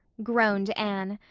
groaned anne.